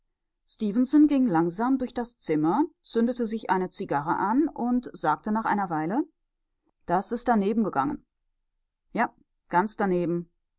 ging langsam durch das zimmer zündete sich eine zigarre an und sagte nach einer weile das ist daneben gegangen ja ganz daneben